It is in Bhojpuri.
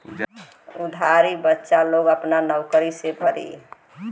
उ उधारी बच्चा लोग आपन नउकरी से भरी